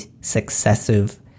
successive